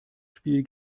spiel